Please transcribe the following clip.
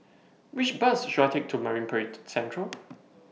Which Bus should I Take to Marine Parade Central